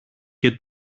και